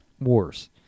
Wars